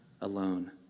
alone